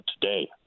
today